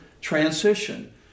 transition